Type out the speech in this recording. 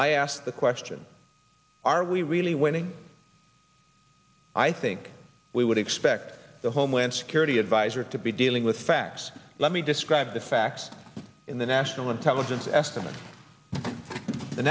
i ask the question are we really winning i think we would expect the homeland security adviser to be dealing with facts let me describe the facts in the national intelligence estimate the